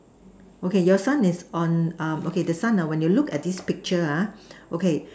okay your sun is on um okay the sun well is look at this picture ah okay